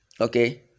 okay